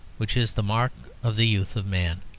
which is the mark of the youth of man.